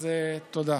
אז תודה.